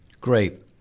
Great